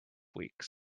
weeks